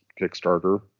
Kickstarter